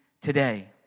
today